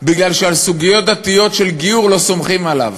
כי על סוגיות דתיות של גיור לא סומכים עליו,